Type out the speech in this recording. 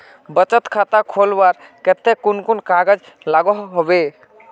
बचत खाता खोलवार केते कुन कुन कागज लागोहो होबे?